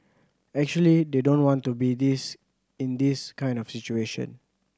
actually they don't want to be this in this kind of situation